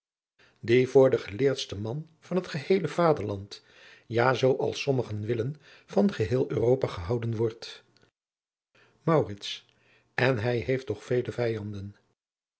die voor den geleerdsten man van het geheele vaderland ja zoo als sommigen willen van geheel europa gehouden wordt maurits en hij heeft toch vele vijanden